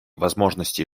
возможностей